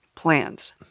plans